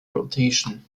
rotation